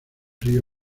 río